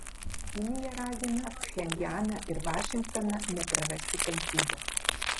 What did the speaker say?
kinija ragina pchenjaną ir vašingtoną neprarasti kantrybės